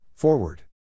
Forward